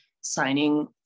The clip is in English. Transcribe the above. signing